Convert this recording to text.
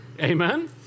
amen